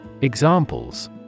Examples